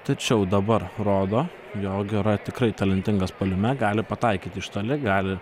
tačiau dabar rodo jog yra tikrai talentingas puolime gali pataikyti iš toli gali